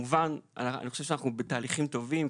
אני חושב שאנחנו בתהליכים טובים,